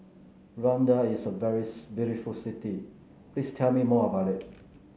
Luanda is a very beautiful city please tell me more about it